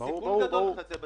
חברי הכנסת,